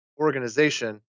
organization